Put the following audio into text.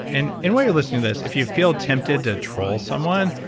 and and when you're listening to this, if you feel tempted to troll someone,